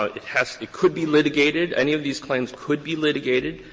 ah it has it could be litigated. any of these claims could be litigated.